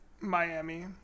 Miami